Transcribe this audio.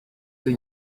этой